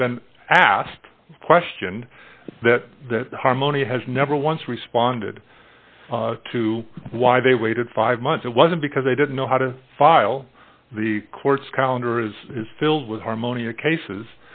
has been asked the question that that harmonix has never once responded to why they waited five months it wasn't because they didn't know how to file the court's calendar is filled with harmonia cases